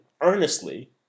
earnestly